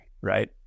right